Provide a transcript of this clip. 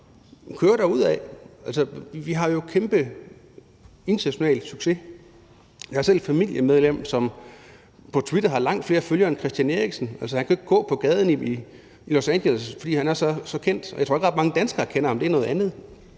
vi har jo kæmpe international succes på området. Jeg har selv et familiemedlem, som på Twitter har langt flere følgere end Christian Eriksen. Altså, han kan ikke gå på gaden i Los Angeles, fordi han er så kendt. Jeg tror ikke, at ret mange danskere kender ham, men det er noget andet.